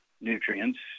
nutrients